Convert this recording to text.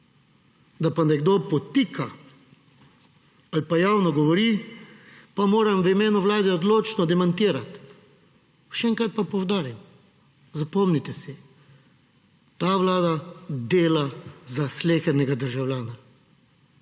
Da pa nekdo podtika ali pa javno govori, pa moram v imenu vlade odločno demantirati. Še enkrat pa poudarim, zapomnite si, ta vlada dela za slehernega državljana,